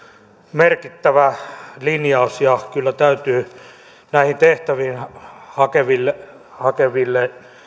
merkittävä linjaus ja kyllä näihin tehtäviin hakeville hakeville